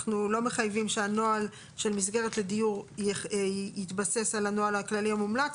אנחנו לא מחייבים שהנוהל של מסגרת לדיור יתבסס על הנוהל הכללי המומלץ,